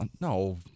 No